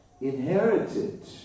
inherited